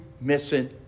missing